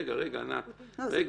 רגע, קודם כל שהיא תסביר.